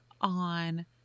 on